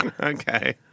Okay